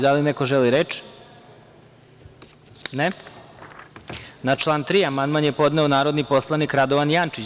Da li neko želi reč? (Ne) Na član 3. amandman je podneo narodni poslanik Radovan Jančić.